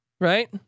right